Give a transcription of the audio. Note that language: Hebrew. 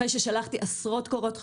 אחרי ששלחתי עשרות קורות חיים.